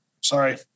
Sorry